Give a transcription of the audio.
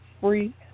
free